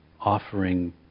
offering